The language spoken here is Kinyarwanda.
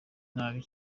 nabi